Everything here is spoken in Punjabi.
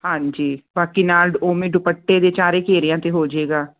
ਹਾਂਜੀ ਬਾਕੀ ਨਾਲ ਉਵੇਂ ਦੁਪੱਟੇ ਦੇ ਚਾਰੇ ਘੇਰਿਆਂ 'ਤੇ ਹੋ ਜਾਏਗਾ